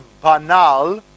banal